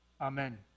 Amen